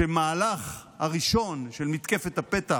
כשהמהלך הראשון של מתקפת הפתע